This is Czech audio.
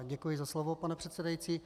Děkuji za slovo, pane předsedající.